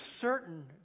certain